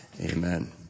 Amen